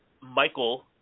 Michael